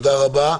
כלומר,